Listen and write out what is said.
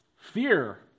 Fear